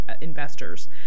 investors